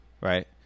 Right